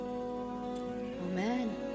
Amen